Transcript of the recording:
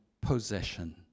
possession